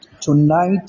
tonight